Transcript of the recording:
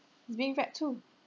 being read to